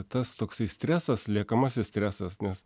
tas toksai stresas liekamasis stresas nes